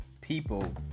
people